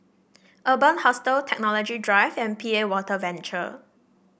Urban Hostel Technology Drive and P A Water Venture